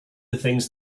things